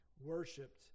worshipped